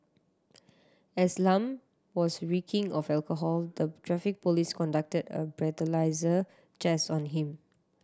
as Lam was reeking of alcohol the Traffic Police conducted a breathalyser test on him